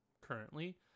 currently